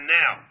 now